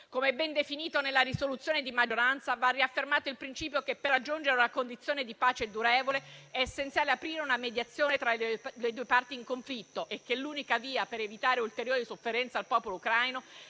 Come ben definito nella risoluzione di maggioranza, va riaffermato il principio che per raggiungere una condizione di pace durevole è essenziale aprire una mediazione tra le due parti in conflitto e che l'unica via per evitare ulteriori sofferenze al popolo ucraino